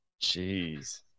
Jeez